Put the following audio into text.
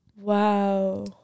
Wow